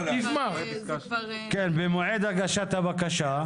כן, במועד הגשת הבקשה,